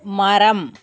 மரம்